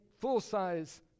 full-size